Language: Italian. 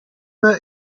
cup